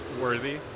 worthy